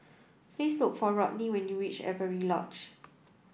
please look for Rodney when you reach Avery Lodge